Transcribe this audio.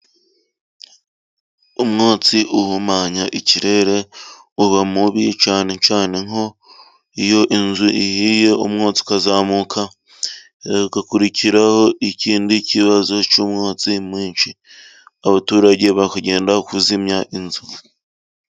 Umwotsi uhumanya ikirere uba mubi cyane cyane nk'iyo inzu ihiye, umwotsi ukazamuka, hagakurikiraho ikindi kibazo cy'umwotsi mwinshi, abaturage bakajya kuzimya inzu.